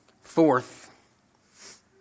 Fourth